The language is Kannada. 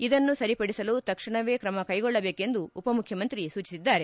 ಇದನ್ನು ಸರಿಪಡಿಸಲು ತಕ್ಷಣವೇ ಕ್ರಮ ಕೈಗೊಳ್ಳಬೇಕೆಂದು ಉಪಮುಖ್ಣಮಂತ್ರಿ ಸೂಚಿಸಿದ್ದಾರೆ